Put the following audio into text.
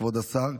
כבוד השר,